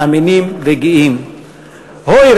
מאמינים וגאים.// הוי,